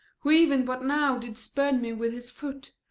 who even but now did spurn me with his foot,